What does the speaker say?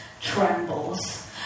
trembles